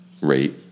rate